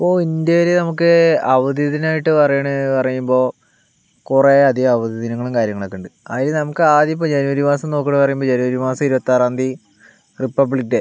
ഇപ്പോൾ ഇന്ത്യയിൽ നമുക്ക് അവധി ദിനമായിട്ട് പറയുകയാണെന്ന് പറയുമ്പോൾ കുറേയധികം അവധി ദിനങ്ങളും കാര്യങ്ങളൊക്കെ ഉണ്ട് അതിൽ നമുക്ക് ആദ്യം ഇപ്പോൾ ജനുവരി മാസം നോക്കുകയാണെന്ന് പറയുമ്പോൾ ജനുവരി മാസം ഇരുപത്താറാം തീയതി റിപ്പബ്ലിക് ഡേ